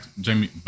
Jamie